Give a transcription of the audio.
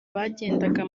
bagendaga